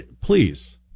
please